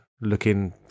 looking